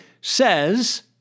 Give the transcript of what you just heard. says